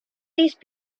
these